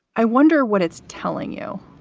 i wonder what it's telling you